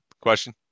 question